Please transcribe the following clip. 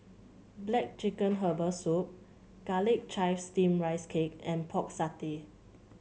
black chicken Herbal Soup Garlic Chives Steamed Rice Cake and Pork Satay